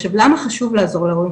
עכשיו, למה חשוב לעזור להורים?